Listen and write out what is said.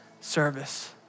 service